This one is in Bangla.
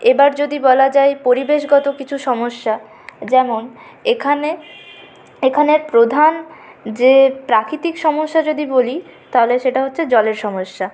এবার যদি বলা যায় পরিবেশগত কিছু সমস্যা যেমন এখানে এখানের প্রধান যে প্রাকৃতিক সমস্যা যদি বলি তাহলে সেটা হচ্ছে জলের সমস্যা